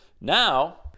now